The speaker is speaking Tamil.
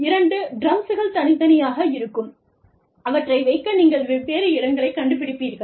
இரண்டு டிரம்ஸ்கள் தனித்தனியாக இருக்கும் அவற்றை வைக்க நீங்கள் வெவ்வேறு இடங்களைக் கண்டுபிடிப்பீர்கள்